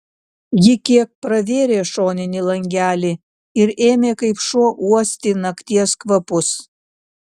ji kiek pravėrė šoninį langelį ir ėmė kaip šuo uosti nakties kvapus